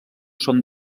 són